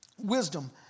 Wisdom